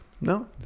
No